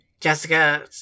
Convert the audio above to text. Jessica